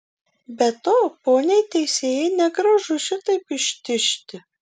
be to poniai teisėjai negražu šitaip ištižti